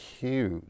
huge